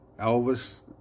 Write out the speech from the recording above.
Elvis